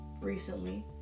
recently